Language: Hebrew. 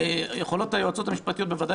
שעבדו עליה בכנס היועצות המשפטיות בוודאי